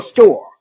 store